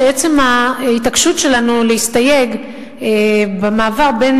שעצם ההתעקשות שלנו להסתייג במעבר בין